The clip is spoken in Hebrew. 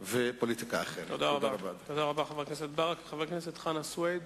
במסגרת תקציב המדינה, בהיקף של 10 מיליארדי שקלים,